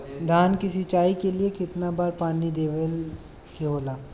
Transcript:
धान की सिंचाई के लिए कितना बार पानी देवल के होखेला?